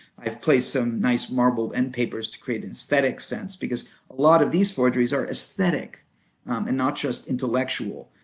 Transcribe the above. i've placed some nice marbled end papers to create an aesthetic sense because a lot of these forgeries are aesthetic and not just intellectual.